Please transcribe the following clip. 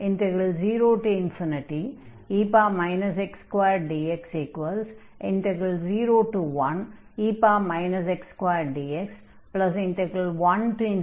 0dx 01dx 1dx